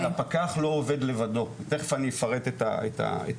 אבל הפקח לא עובד לבדו, תכף אני אפרט את העניין.